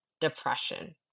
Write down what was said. Depression